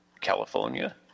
California